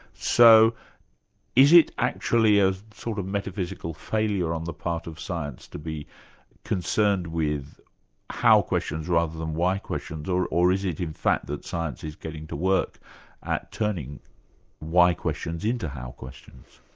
so is it actually a sort of metaphysical failure on the part of science to be concerned with how questions rather than why questions or or is it in fact that science is getting to work at turning why questions into how questions?